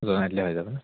জনাই দিলে হৈ যাব নহয়